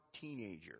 teenager